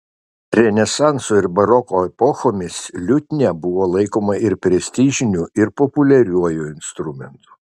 renesanso ir baroko epochomis liutnia buvo laikoma ir prestižiniu ir populiariuoju instrumentu